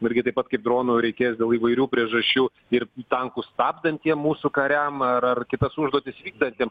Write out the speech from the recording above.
irgi taip pat kaip dronų reikės dėl įvairių priežasčių ir tankus stabdantiem mūsų kariam ar ar kitas užduotis vykdantiem